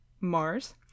mars